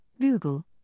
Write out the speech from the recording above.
Google